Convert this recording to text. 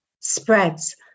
spreads